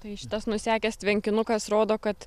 tai šitas nusekęs tvenkinukas rodo kad